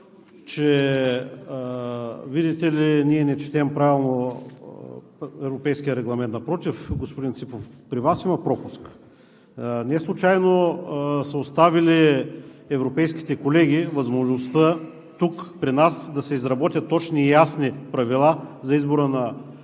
че, видите ли, ние не четем правилно европейския регламент – напротив, господин Ципов, при Вас има пропуск. Неслучайно европейските колеги са оставили възможността тук при нас да се изработят точни и ясни правила за избора на